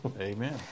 Amen